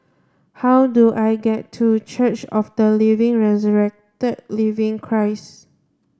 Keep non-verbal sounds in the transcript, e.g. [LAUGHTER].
how do I get to Church of the [UNINTELLIGIBLE] Living Christ